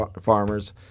farmers